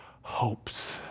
hopes